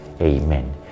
Amen